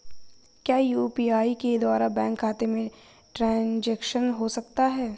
क्या यू.पी.आई के द्वारा बैंक खाते में ट्रैन्ज़ैक्शन हो सकता है?